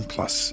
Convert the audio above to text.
Plus